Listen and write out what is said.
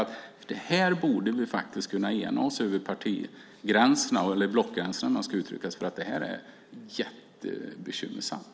Det här borde vi kunna enas oss om över partigränserna och blockgränserna. Detta är jättebekymmersamt.